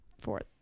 fourth